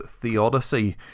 theodicy